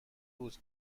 بود